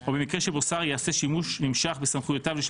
או במקרה שבו שר יעשה שימוש נמשך בסמכויותיו בשל